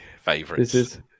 favorites